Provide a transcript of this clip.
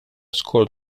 scored